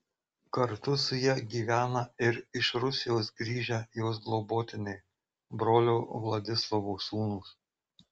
kartu su ja gyvena ir iš rusijos grįžę jos globotiniai brolio vladislovo sūnūs